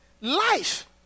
Life